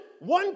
one